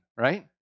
right